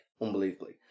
unbelievably